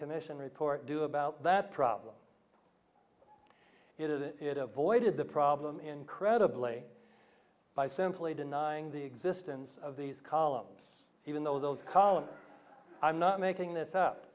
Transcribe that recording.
commission report do about that problem it avoided the problem incredibly by simply denying the existence of these columns even though those columns i'm not making this up